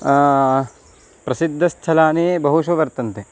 प्रसिद्धस्थलानि बहुषु वर्तन्ते